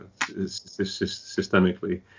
systemically